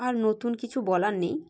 আর নতুন কিছু বলার নেই